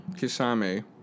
Kisame